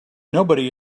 nobody